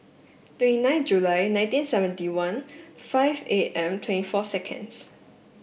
twenty nine July nineteen seventy one five eight and twenty four seconds